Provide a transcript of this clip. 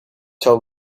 shall